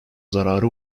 zarara